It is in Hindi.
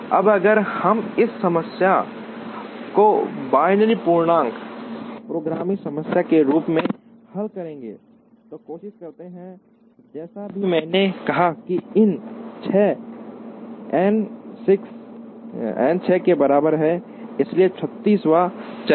अब अगर हम इस समस्या को बाइनरी पूर्णांक प्रोग्रामिंग समस्या के रूप में हल करने की कोशिश करते हैं जैसा कि मैंने कहा कि एन 6 के बराबर है इसलिए 36 वां चर है